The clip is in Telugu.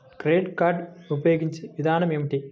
క్రెడిట్ కార్డు ఉపయోగించే విధానం ఏమి?